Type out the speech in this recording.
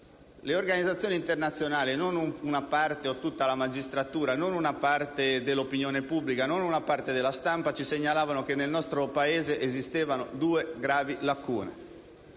le organizzazioni internazionali - non una parte o tutta la magistratura, non una parte dell'opinione pubblica o una parte della stampa - ci segnalavano che nel nostro Paese esistevano due gravi lacune: